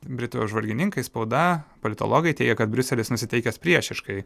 britų apžvalgininkai spauda politologai teigia kad briuselis nusiteikęs priešiškai